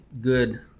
good